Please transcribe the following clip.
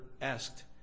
asked